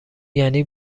یعنی